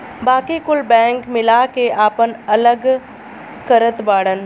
बाकी कुल बैंक मिला के आपन अलग करत बाड़न